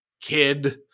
kid